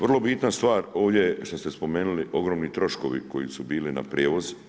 Vrlo bitna stvar ovdje što ste spomenuli ogromni troškovi koji su bili na prijevoz.